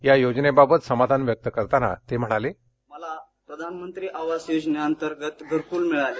या योजनेबाबत समाधान व्यक्त करताना ते म्हणाले ध्वनी मला प्रधानमंत्री आवाज योजनेंतर्गत घरकुल मिळाले